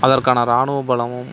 அதற்கான ராணுவ பலமும்